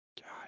God